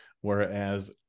whereas